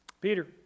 Peter